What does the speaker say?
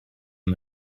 and